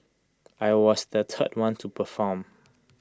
I was the third one to perform